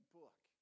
book